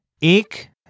Ik